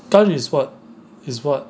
ganyu is what is what